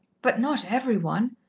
but not every one,